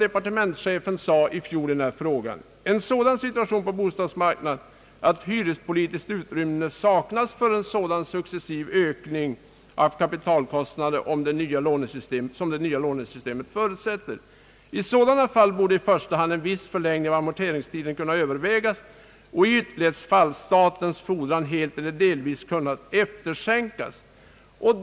Utskottet skriver »att det på vissa orter kunde uppkomma en sådan situation på bostadsmarknaden att hyrespolitiskt utrymme saknas för en sådan successiv ökning av kapitalkostnaderna som det nya lånesystemet förutsätter. I sådana fall borde i första hand en viss förlängning av amorteringstiden kunna övervägas och i ytterlighetsfall statens fordran helt eller delvis kunna efterskänkas.